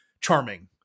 charming